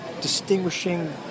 distinguishing